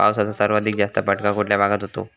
पावसाचा सर्वाधिक जास्त फटका कुठल्या भागात होतो?